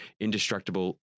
indestructible